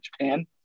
Japan